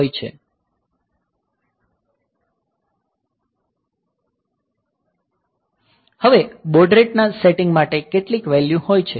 હવે baud rate ના setting માટે કેટલીક વેલ્યૂ હોય છે